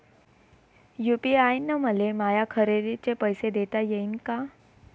UPI न मले माया खरेदीचे पैसे देता येईन का?